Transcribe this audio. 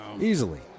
Easily